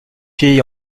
filles